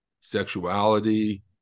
sexuality